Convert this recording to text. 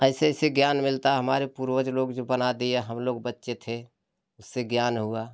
ऐसे ऐसे ज्ञान मिलता हमारे पूर्वज लोग जो बना दिया हम लोग बच्चे थे उससे ज्ञान हुआ